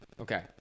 Okay